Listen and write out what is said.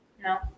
no